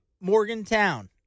Morgantown